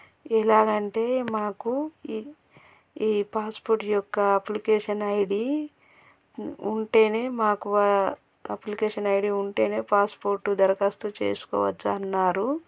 ఎలాగ అంటే మాకు ఈ ఈ పాస్పోర్ట్ యొక్క అప్లికేషన్ ఐడి ఉం ఉంటేనే మాకు అప్లికేషన్ ఐడి ఉంటేనే పాస్పోర్టు దరఖాస్తు చేసుకోవచ్చు అన్నారు